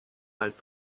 alt